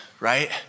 right